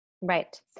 Right